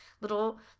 little